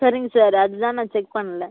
சரிங்க சார் அதுதான் நான் செக் பண்ணல